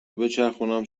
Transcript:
بچرخونم